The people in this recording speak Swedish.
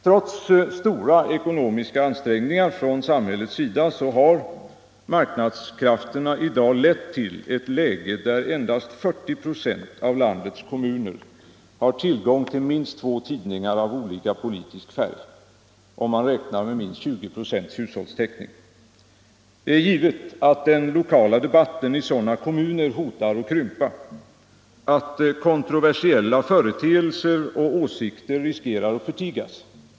Trots stora ekonomiska ansträngningar från samhället har marknadskrafterna i dag lett till ett läge, där endast 40 4 av landets kommuner har tillgång till minst två tidningar av olika politisk färg, om man räknar med minst 20 96 hushållstäckning. Det är givet att den lokala debatten i sådana kommuner hotar att krympa samt att kontroversiella företeelser och åsikter riskerar att förtigas.